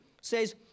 says